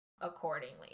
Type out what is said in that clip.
accordingly